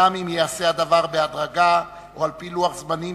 גם אם הדבר ייעשה בהדרגה או בלוח זמנים